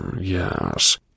Yes